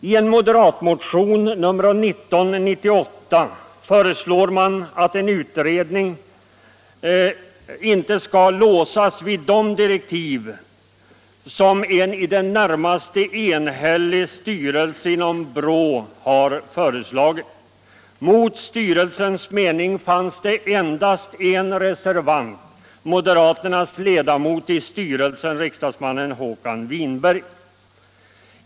I en moderatmotion — nr 1998 — föreslår man att en utredning inte skall låsas vid de direktiv som en i det närmaste enhällig styrelse inom BRÅ hade föreslagit. Mot styrelsens mening fanns endast en reservant —- moderaternas ledamot i styrelsen, riksdagsman Håkan Winberg.